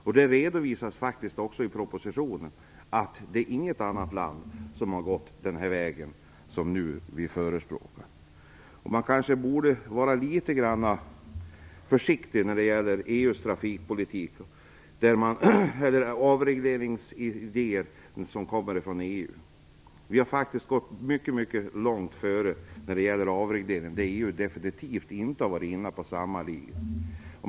Inget annat land har gått den väg som nu förespråkas här - det redovisas faktiskt också i propositionen. Man kanske borde vara litet försiktig när det gäller EU:s trafikpolitik avseende avregleringar m.m. Sverige har gått längre i det avseendet, och EU är definitivt inte inne på samma linje.